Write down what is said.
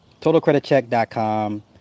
Totalcreditcheck.com